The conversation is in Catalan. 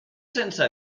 sense